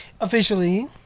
Officially